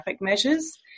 measures